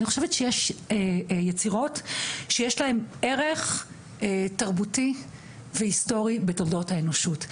אני חושבת שיש יצירות שיש להם ערך תרבותי והיסטורי בתולדות האנושות,